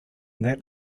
that